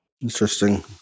Interesting